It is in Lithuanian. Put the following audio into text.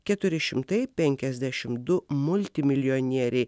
keturi šimtai penkiasdešimt du multimilijonieriai